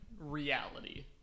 reality